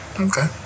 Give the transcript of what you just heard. Okay